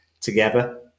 together